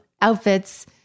outfits